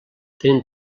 tenen